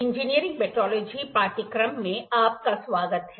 engineering metrology पाठ्यक्रम में आपका स्वागत है